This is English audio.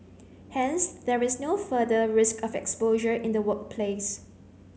hence there is no further risk of exposure in the workplace